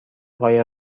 قایق